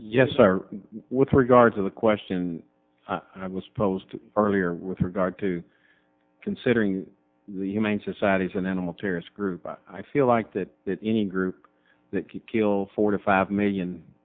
yes sir with regard to the question was posed earlier with regard to considering the humane societies and animal terrorist group i feel like that any group that keep kill forty five million